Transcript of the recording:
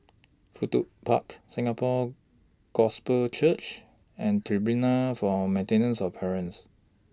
Fudu Park Singapore Gospel Church and Tribunal For Maintenance of Parents